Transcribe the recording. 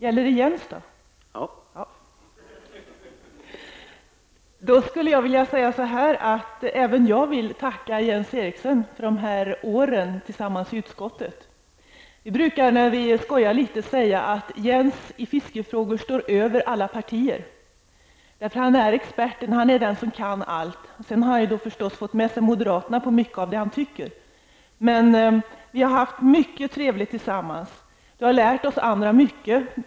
Herr talman! Repliken gäller i varje fall Jens Jag vill gärna tacka Jens Eriksson för dessa år tillsammans i utskottet. Vi brukar när vi skojar i utskottet säga att Jens Eriksson i fiskefrågor står över alla partier. Han är experten, och han är den som kan allt. Sedan har han fått med sig moderaterna i mycket av vad han tycker. Vi har haft mycket trevligt tillsammans. Du har lärt oss andra mycket.